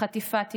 חטיפת ילדים,